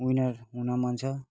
winner हुन मन छ